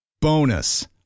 Bonus